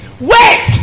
wait